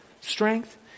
strength